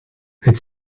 het